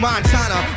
Montana